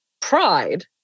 pride